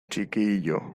chiquillo